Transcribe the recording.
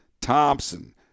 Thompson